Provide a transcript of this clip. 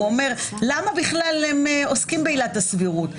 והוא אומר: למה בכלל הם עוסקים בעילת הסבירות?